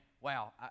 wow